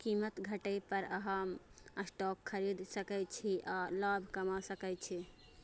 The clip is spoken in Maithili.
कीमत घटै पर अहां स्टॉक खरीद सकै छी आ लाभ कमा सकै छी